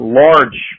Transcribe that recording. large